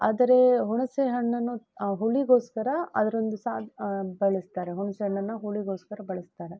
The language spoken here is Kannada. ಆದರೆ ಹುಣಸೆಹಣ್ಣನ್ನು ಹುಳಿಗೋಸ್ಕರ ಅದೊಂದು ಸಹ ಬಳಸ್ತಾರೆ ಹುಣಸೆಹಣ್ಣನ್ನು ಹುಳಿಗೋಸ್ಕರ ಬಳಸ್ತಾರೆ